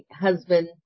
husband